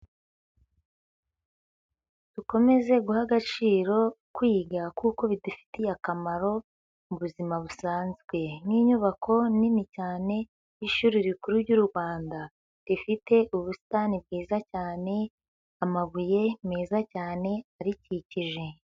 Dukomeze guha agaciro kwiga kuko bidufitiye akamaro mu buzima busanzwe. Nk'inyubako nini cyane y'ishuri rikuru ry'u Rwanda rifite ubusitani bwiza cyane, amabuye meza cyane arikikije.